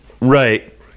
Right